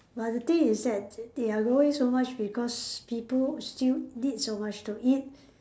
but the thing is that they are growing so much because people still need so much to eat